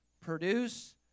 produce